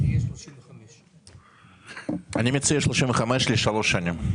זה יהיה 35. אני מציע 35 לשלוש שנים.